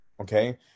Okay